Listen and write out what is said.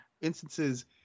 instances